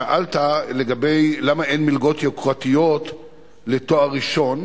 שאלת למה אין מלגות יוקרתיות לתואר ראשון.